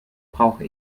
brauche